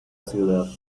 ciudad